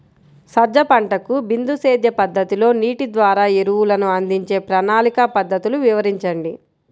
సజ్జ పంటకు బిందు సేద్య పద్ధతిలో నీటి ద్వారా ఎరువులను అందించే ప్రణాళిక పద్ధతులు వివరించండి?